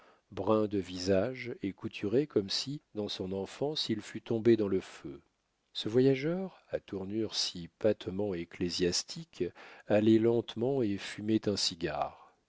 brun de visage et couturé comme si dans son enfance il fût tombé dans le feu ce voyageur à tournure si patemment ecclésiastique allait lentement et fumait un cigare